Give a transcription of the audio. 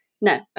No